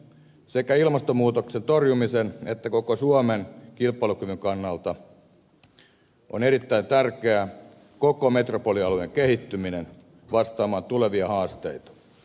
sekä ilmastonmuutoksen torjumisen että koko suomen kilpailukyvyn kannalta on erittäin tärkeää koko metropolialueen kehittyminen vastaamaan tulevia haasteita